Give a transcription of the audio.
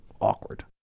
awkward